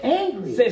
angry